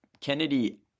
Kennedy